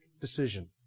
decision